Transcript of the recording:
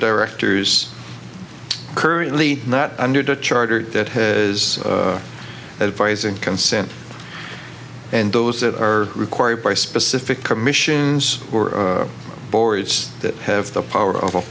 directors currently not under the charter that has advise and consent and those that are required by specific commissions or boards that have the power of a